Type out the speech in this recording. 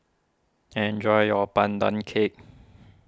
enjoy your Pandan Cake